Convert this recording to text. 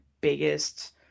biggest